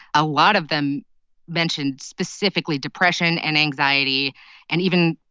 a lot of them mentioned specifically depression and anxiety and even,